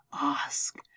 ask